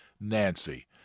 Nancy